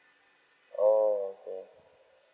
okay